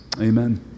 Amen